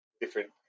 different